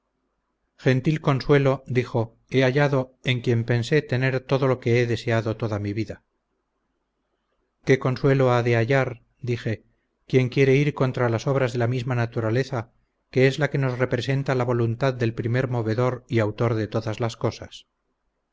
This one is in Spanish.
gentil consuelo dijo he hallado en quien pensé tener todo lo que he deseado toda mi vida qué consuelo ha de hallar dije quien quiere ir contra las obras de la misma naturaleza que es la que nos representa la voluntad del primer movedor y autor de todas las cosas